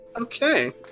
okay